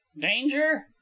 danger